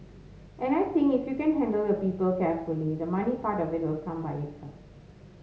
and I think if you can handle your people carefully the money part of it will come by itself